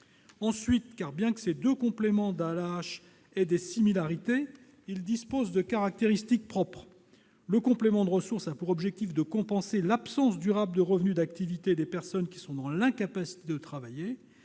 Ensuite, bien que ces deux compléments de l'AAH partagent des similarités, ils ont des caractéristiques propres : le complément de ressources a pour objectif de compenser l'absence durable de revenus d'activité des personnes qui sont dans l'incapacité de travailler